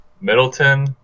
Middleton